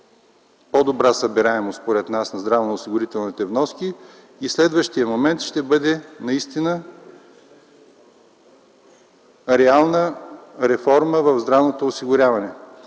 по-добра събираемост според нас на здравноосигурителните вноски. Следващият момент ще бъде реалната реформа в здравното осигуряване.